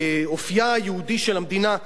באופיה היהודי של המדינה,